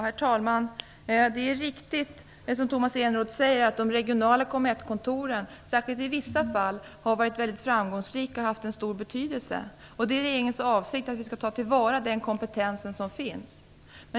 Herr talman! Det är riktigt, som Tomas Eneroth säger, att de regionala Comettkontoren särskilt i vissa fall har varit väldigt framgångsrika och haft stor betydelse. Det är regeringens avsikt att ta till vara den kompetens som finns.